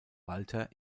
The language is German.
walter